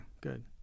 good